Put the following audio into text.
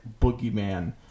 boogeyman